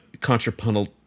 contrapuntal